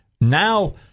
Now